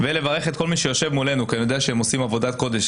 אני רוצה לברך את כל מי שיושב מולנו כי אני יודע שהם עושים עבודת קודש.